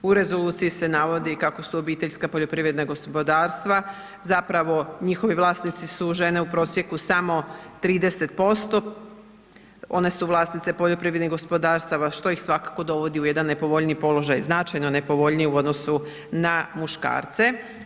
U rezoluciji se navodi kako su obiteljska poljoprivredna gospodarstva zapravo njihovi vlasnici su žene u prosjeku samo 30% one su vlasnice poljoprivrednih gospodarstava što ih svakako dovodi u jedan nepovoljniji položaj, značajno nepovoljnije u odnosu na muškarce.